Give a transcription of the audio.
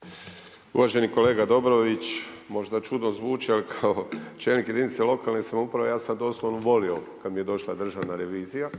Tomislav (HDZ)** Uvaženi kolega Dobrović, možda čudno zvuči, ali kao čelnik jedinice lokalne samouprave, ja sam doslovno volio kad mi je došla državna revizija,